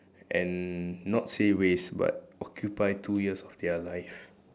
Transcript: and not say waste but occupy two years of their life